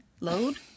Load